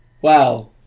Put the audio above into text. Wow